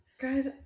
Guys